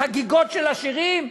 חגיגות של עשירים?